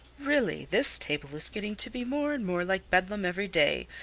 really, this table is getting to be more and more like bedlam every day,